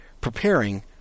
preparing